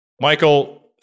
Michael